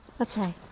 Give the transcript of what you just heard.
Okay